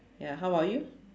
ya how about you